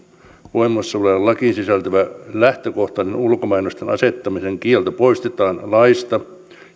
voimassa olevaan lakiin sisältyvä lähtökohtainen ulkomainosten asettamisen kielto poistetaan laista